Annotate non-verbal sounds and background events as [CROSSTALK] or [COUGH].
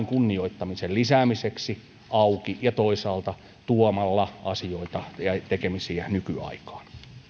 [UNINTELLIGIBLE] kunnioittamisen lisäämiseksi ja toisaalta tuoda asioita ja tekemisiä nykyaikaan